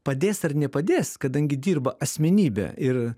padės ar nepadės kadangi dirba asmenybė ir